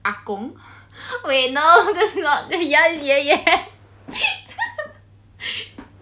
阿公 wait no that's not ya is 爷爷